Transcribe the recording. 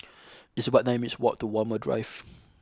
it's about nine minutes' walk to Walmer Drive